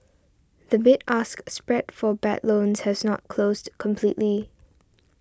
the bid ask spread for bad loans has not closed completely